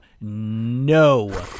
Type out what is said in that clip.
no